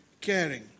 caring